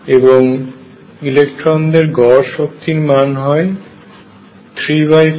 এবং ইলেকট্রনেদের গড় শক্তির মান হয় 35F